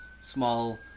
small